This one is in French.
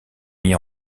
mis